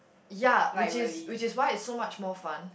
ya which is which is why it's so much more fun